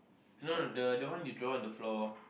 no no the the one you draw on the floor